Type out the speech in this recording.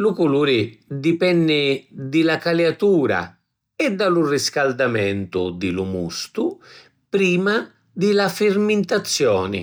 Lu culuri dipenni di la caliatura e da lu riscaldamentu di lu mustu prima di la firmintaziuni.